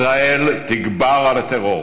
ישראל תגבר על הטרור,